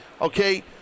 Okay